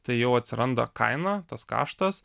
tai jau atsiranda kaina tas kaštas